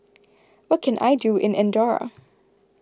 what can I do in andorra